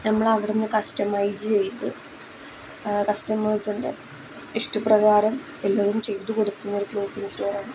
നമ്മളവിടുന്ന് customise ചെയ്ത് കസ്റ്റമേഴ്സിൻ്റെ ഇഷ്ടപ്രകാരം എല്ലതും ചെയ്തു കൊടുക്കുന്ന ഒരു ക്ലോത്തിംഗ് സ്റ്റോറാണ്